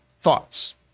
thoughts